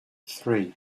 three